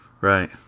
Right